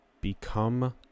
Become